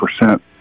percent